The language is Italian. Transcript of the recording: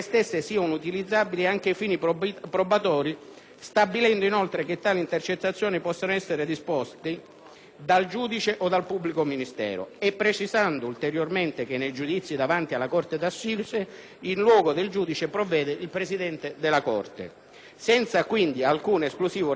stabilendo inoltre che tali intercettazioni possano essere disposte dal giudice o dal pubblico ministero (e precisando ulteriormente che nei giudizi davanti alla corte d'assise in luogo del giudice provvede il presidente della corte), senza quindi alcun esclusivo riferimento alla figura del giudice per le indagini preliminari.